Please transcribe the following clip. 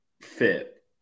fit